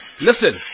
Listen